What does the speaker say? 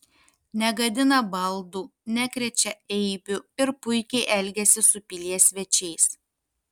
negadina baldų nekrečia eibių ir puikiai elgiasi su pilies svečiais